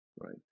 right